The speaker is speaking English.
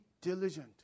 diligent